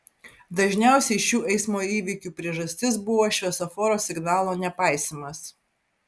dažniausiai šių eismo įvykių priežastis buvo šviesoforo signalo nepaisymas